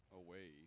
away